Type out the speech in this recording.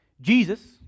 Jesus